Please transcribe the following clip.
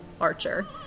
archer